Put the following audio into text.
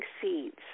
seeds